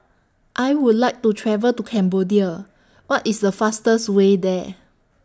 I Would like to travel to Cambodia What IS The fastest Way There